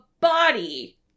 body